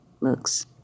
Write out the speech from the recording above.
looks